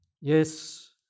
Yes